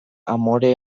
amore